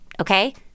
okay